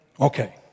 okay